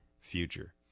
future